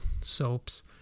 soaps